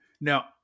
now